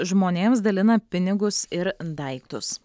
žmonėms dalina pinigus ir daiktus